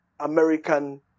American